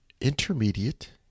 intermediate